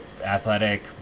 athletic